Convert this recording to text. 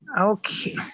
Okay